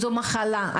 זו מחלה.